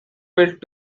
built